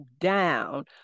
down